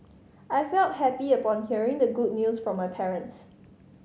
I felt happy upon hearing the good news from my parents